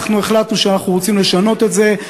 אנחנו החלטנו שאנחנו רוצים לשנות את זה.